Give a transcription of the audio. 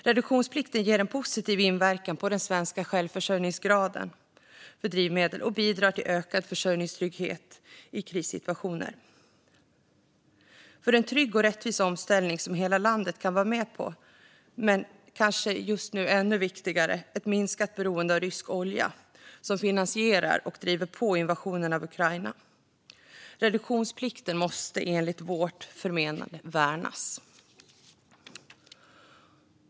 Reduktionsplikten ger en positiv inverkan på den svenska självförsörjningsgraden för drivmedel och bidrar till ökad försörjningstrygghet i krissituationer och för en trygg och rättvis omställning som hela landet kan vara med på men kanske just nu ännu viktigare, ett minskat beroende av rysk olja som finansierar och driver på invasionen av Ukraina. Reduktionsplikten måste enligt vårt förmenande värnas.